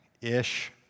ish